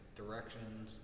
directions